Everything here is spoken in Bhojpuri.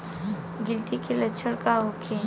गिलटी के लक्षण का होखे?